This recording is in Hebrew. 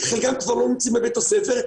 חלקם כבר לא נמצאים בבית הספר,